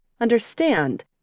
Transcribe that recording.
understand